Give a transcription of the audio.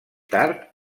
tard